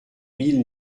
mille